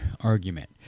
argument